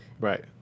Right